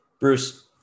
Bruce